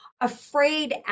afraid